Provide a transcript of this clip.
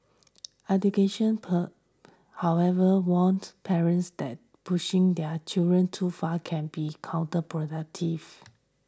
education experts however warn parents that pushing their children too far can be counterproductive